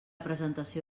presentació